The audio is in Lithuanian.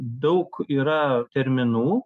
daug yra terminų